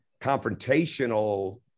confrontational